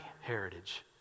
Heritage